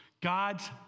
God's